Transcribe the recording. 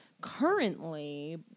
Currently